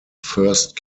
first